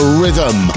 rhythm